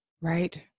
Right